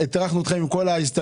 הטרחנו אתכם עם כל ההסתייגויות,